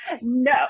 no